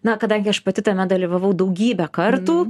na kadangi aš pati tame dalyvavau daugybę kartų